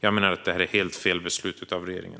Jag menar att det är helt fel beslut av regeringen.